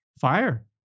fire